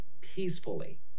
peacefully